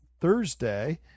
Thursday